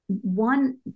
one